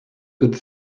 good